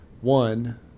One